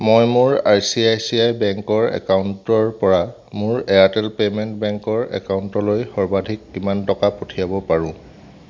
মই মোৰ I C I C I বেংকৰ একাউণ্টৰ পৰা মোৰ এয়াৰটেল পেমেণ্ট বেংকৰ একাউণ্টলৈ সৰ্বাধিক কিমান টকা পঠিয়াব পাৰোঁ